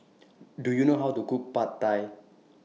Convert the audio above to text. Do YOU know How to Cook Pad Thai